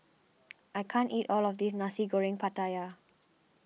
I can't eat all of this Nasi Goreng Pattaya